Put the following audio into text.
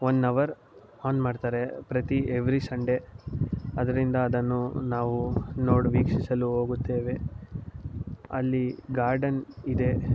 one hour on ಮಾಡ್ತಾರೆ ಪ್ರತಿ every Sunday ಅದರಿಂದ ಅದನ್ನು ನಾವು ನೋಡಿ ವೀಕ್ಷಿಸಲು ಹೋಗುತ್ತೇವೆ ಅಲ್ಲಿ ಗಾರ್ಡನ್ ಇದೆ